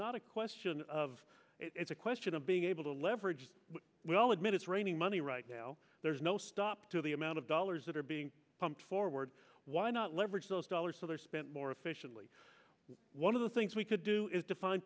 not a question of it's a question of being able to leverage we all admit it's raining money right now there's no stop to the amount of dollars that are being pumped forward why not leverage those dollars so they spent more efficiently one of the things we could do is define